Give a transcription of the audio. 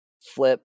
flip